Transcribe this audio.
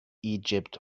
egypt